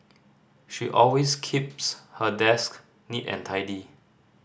she always keeps her desk neat and tidy